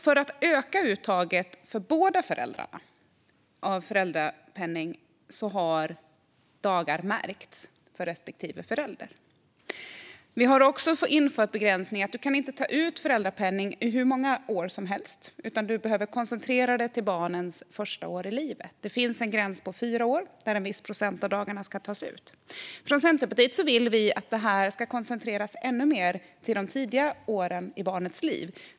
För att öka uttaget av föräldrapenning hos båda föräldrarna har dagar märkts för respektive förälder. Vi har också infört begränsningen att man inte kan ta ut föräldrapenning hur många år som helst, utan det behöver koncentreras till barnens första år i livet. Det finns en gräns på fyra år då en viss procent av dagarna ska tas ut. Vi i Centerpartiet vill att detta ska koncentreras ännu mer till de tidiga åren i barnets liv.